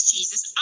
Jesus